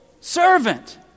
servant